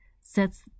sets